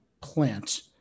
plant